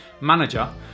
manager